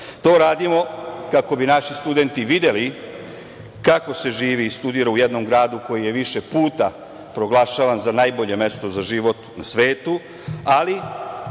radimo kako bi naši studenti videli kako se živi i studira u jednom gradu koji je više puta proglašavan za najbolje mesto za život u svetu, ali